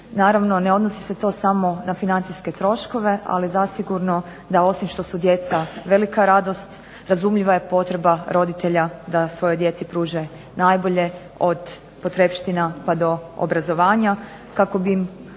Naravno ne odnosi se to samo na financijske troškove ali zasigurno da osim što su djeca velika radost razumljiva je potreba roditelja da svojoj djeci pruže najbolje od potrepština pa do obrazovanja kako bi na